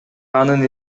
анын